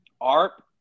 Arp